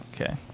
Okay